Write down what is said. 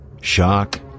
Shock